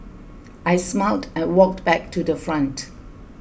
I smiled and walked back to the front